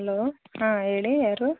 hello ಹಾಂ ಹೇಳಿ ಯಾರು